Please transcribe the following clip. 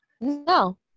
no